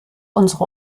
unsere